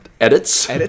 edits